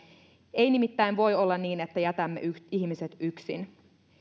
ei nimittäin voi olla niin että jätämme ihmiset yksin